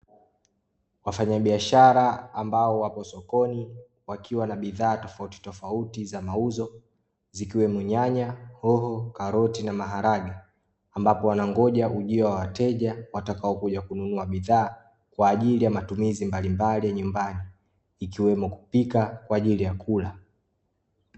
Wafanyabiashara ambao wapo sokoni wakiwa na bidhaa tofauti tofauti za mauzo, zikiwemo; nyanya, hoho, karoti na maharage, ambapo wanangoja ujio wa wateja watakaokuja kununua bidhaa kwa ajili ya matumizi mbalimbali ya nyumbani, ikiwemo kupika kwa ajili ya kula.